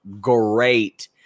great